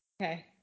Okay